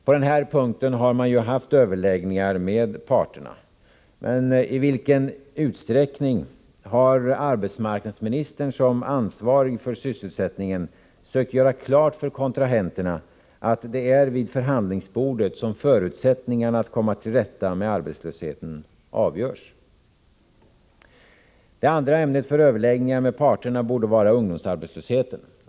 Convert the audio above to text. På den här punkten har överläggningar med parterna förts. Men i vilken utsträckning har arbetsmarknadsministern som ansvarig för sysselsättningen sökt göra klart för kontrahenterna, att det är vid förhandlingsbordet som förutsättningarna att komma till rätta med arbetslösheten avgörs? Det andra ämnet för överläggningar med parterna borde vara ungdomsarbetslösheten.